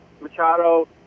Machado